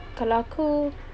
kalau aku